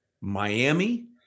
Miami